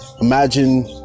imagine